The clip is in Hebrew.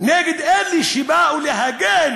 נגד אלה שבאו להגן